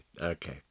Okay